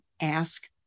ask